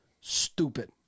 stupid